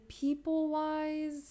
people-wise